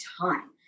time